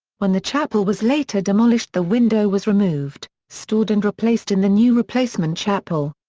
when the chapel was later demolished the window was removed, stored and replaced in the new replacement chapel.